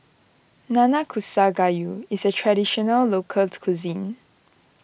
Nanakusa Gayu is a traditional locals cuisine